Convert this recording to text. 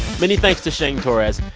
many thanks to shane torres.